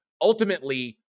ultimately